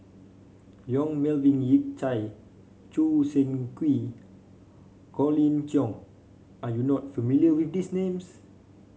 Yong Melvin Yik Chye Choo Seng Quee Colin Cheong are you not familiar with these names